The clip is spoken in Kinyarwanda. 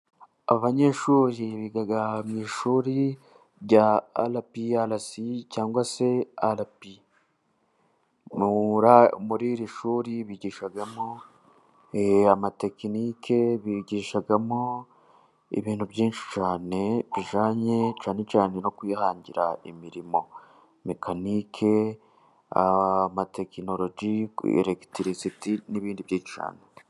Abanyeshuri biga mu ishuri rya IPRC cyangwa se RP. Muri iri shuri bigishamo amatekinike, bigishagamo ibintu byinshi cyane bijyanye cyane cyane no kwihangira imirimo: mekanike amatekinonorogi, eregitirisiti n'ibindi byinshi cyane.